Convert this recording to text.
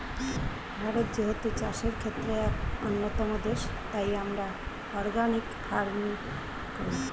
ভারত যেহেতু চাষের ক্ষেত্রে এক অন্যতম দেশ, তাই আমরা অর্গানিক ফার্মিং করি